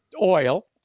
oil